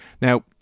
Now